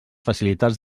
facilitats